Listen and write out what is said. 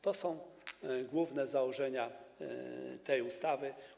To są główne założenia tej ustawy.